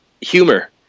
Humor